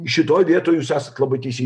šitoj vietoj jūs esat labai tesi